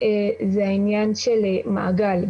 זה העניין של מעגל.